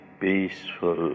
peaceful